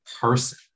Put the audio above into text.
person